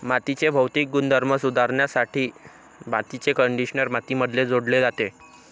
मातीचे भौतिक गुणधर्म सुधारण्यासाठी मातीचे कंडिशनर मातीमध्ये जोडले जाते